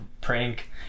prank